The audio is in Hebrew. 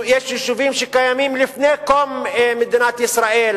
יש יישובים שקיימים לפני קום מדינת ישראל,